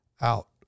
out